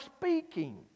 speaking